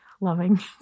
loving